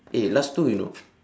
eh last two you know